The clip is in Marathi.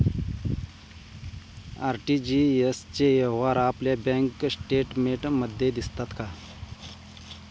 आर.टी.जी.एस चे व्यवहार आपल्या बँक स्टेटमेंटमध्ये दिसतात का?